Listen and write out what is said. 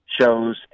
Shows